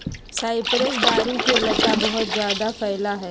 cypress दारू के लता बहुत जादा फैला हई